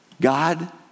God